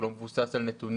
הוא לא מבוסס על נתונים,